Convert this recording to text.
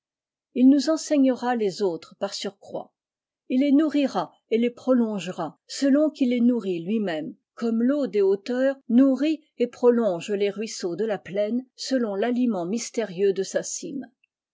il nous enseignera les autres par surcroît il les nourrira et le prolongera selon qu'il est nourri lui-même comme teau des hauteurs nourrit et prolonge les ruisseaux de la plaine selon l'aliment mystérieux de sa cime